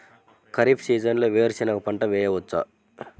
ఖరీఫ్ సీజన్లో వేరు శెనగ పంట వేయచ్చా?